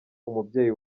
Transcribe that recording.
umubyeyi